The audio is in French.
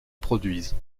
produisent